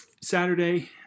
Saturday